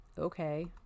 okay